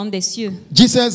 Jesus